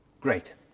great